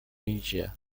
asia